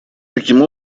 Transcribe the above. таким